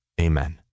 Amen